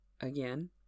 Again